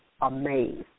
amazed